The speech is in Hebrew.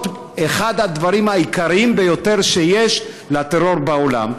להיות אחד הדברים היקרים ביותר שיש לטרור בעולם.